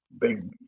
big